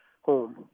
home